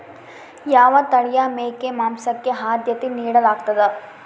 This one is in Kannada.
ಯಾವ ತಳಿಯ ಮೇಕೆ ಮಾಂಸಕ್ಕೆ, ಆದ್ಯತೆ ನೇಡಲಾಗ್ತದ?